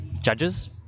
judges